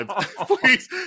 Please